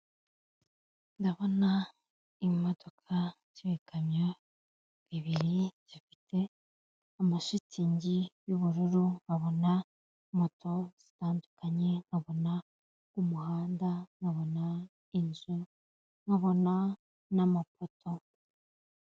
Ndabona imodoka z'ibikamyo bibiri bifite amashitingi y'ubururu, nkabona moto zitandukanye, nkabona umuhanda, nkabona inzu, nkabona n'amapoto.